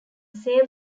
save